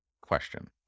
question